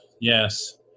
yes